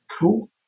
Cool